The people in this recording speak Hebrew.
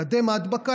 מקדם ההדבקה,